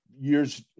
years